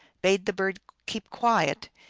bade the bird keep quiet,